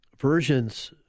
versions